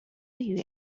you